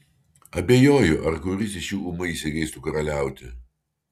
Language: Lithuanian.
abejoju ar kuris iš jų ūmai įsigeistų karaliauti